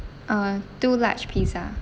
uh two large pizza